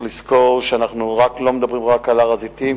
צריך לזכור שאנחנו לא מדברים רק על הר-הזיתים,